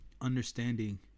understanding